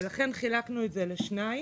לכן חילקנו את זה לשניים